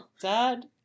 Dad